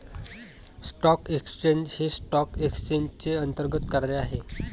stock exchange हे stock एक्सचेंजचे अंतर्गत कार्य आहे